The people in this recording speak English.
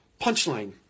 Punchline